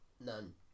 None